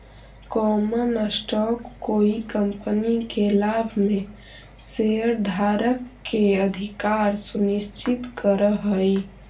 common stock कोई company के लाभ में शेयरधारक के अधिकार सुनिश्चित करऽ हई